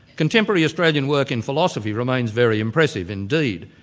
contemporary australian work in philosophy remains very impressive indeed.